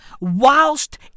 whilst